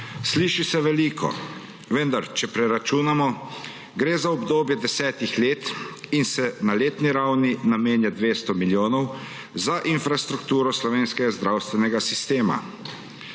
Sliši se veliko, vendar če preračunamo, gre za obdobje desetih let in se na letni ravni namenja 200 milijonov za infrastrukturo slovenskega zdravstvenega sistema.